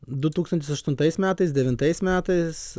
du tūkstantis aštuntais metais devintais metais